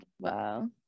Wow